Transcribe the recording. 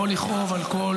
אני יכול לכאוב על כל